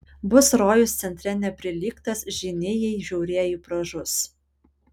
bus rojus centre neprilygtas žyniai jei žiaurieji pražus